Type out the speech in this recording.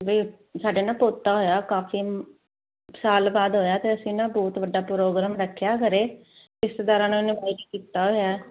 ਨਹੀਂ ਸਾਡੇ ਨਾ ਪੋਤਾ ਹੋਇਆ ਕਾਫੀ ਸਾਲ ਬਾਅਦ ਹੋਇਆ ਤੇ ਅਸੀਂ ਨਾ ਬਹੁਤ ਵੱਡਾ ਪ੍ਰੋਗਰਾਮ ਰੱਖਿਆ ਘਰੇ ਰਿਸ਼ਤੇਦਾਰਾਂ ਨੂੰ ਇਨਵਾਈਟ ਕੀਤਾ ਹੋਇਆ